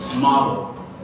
model